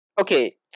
Okay